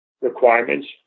requirements